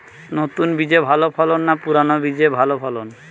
নতুন বীজে ভালো ফলন না পুরানো বীজে ভালো ফলন?